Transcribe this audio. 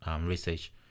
research